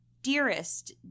dearest